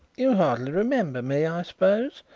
you hardly remember me, i suppose?